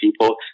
people